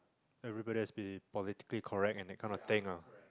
everybody has been positively correct and kind of thing ah